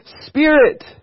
Spirit